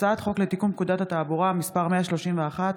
הצעת חוק לתיקון פקודת התעבורה (מס' 131)